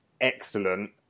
excellent